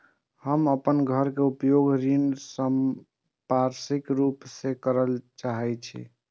हम अपन घर के उपयोग ऋण संपार्श्विक के रूप में करल चाहि छी